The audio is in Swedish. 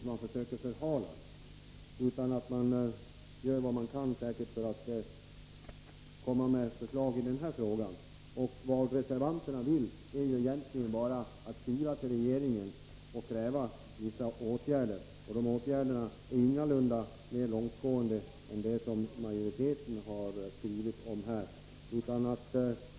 Man gör säkert vad man kan för att komma med ett förslag i den här frågan. Det reservanterna vill är egentligen bara att skriva till regeringen och kräva vissa åtgärder. De åtgärderna är ingalunda mer långtgående än de som majoriteten har skrivit om i betänkandet.